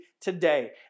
today